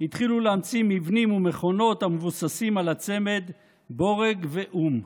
התחילו להמציא מבנים ומכונות המבוססים על הצמד בורג ואום.